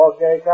Okay